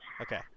Okay